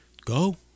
Go